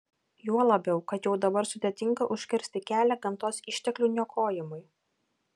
juo labiau kad jau dabar sudėtinga užkirsti kelią gamtos išteklių niokojimui